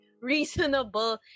reasonable